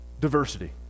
diversity